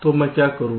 तो मैं क्या करूं